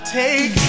take